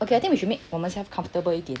okay I think we should make 我们现在 comfortable 一点